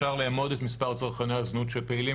אפשר לאמוד את מספר צרכני הזנות שפעילים